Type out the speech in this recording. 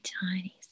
tiny